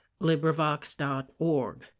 LibriVox.org